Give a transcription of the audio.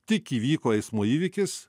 tik įvyko eismo įvykis